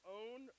own